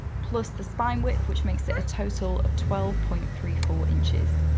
plus the spine width which makes it a total of twelve point three four inches.